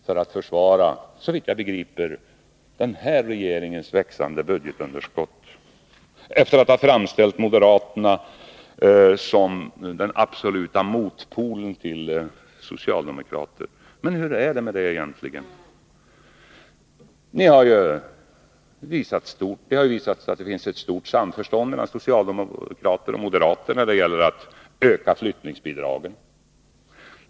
— för att såvitt jag begriper försvara sin regerings växande budgetunderskott, och det gör han efter att ha framställt moderaterna som den absoluta motpolen till socialdemokraterna. Men hur är det med det egentligen? Det har visat sig finnas ett stort samförstånd mellan socialdemokrater och moderater när det gäller att öka flyttningsbidragen.